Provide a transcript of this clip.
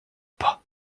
pas